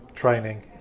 training